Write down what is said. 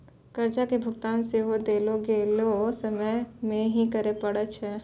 कर्जा के भुगतान सेहो देलो गेलो समय मे ही करे पड़ै छै